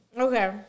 Okay